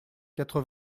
quatre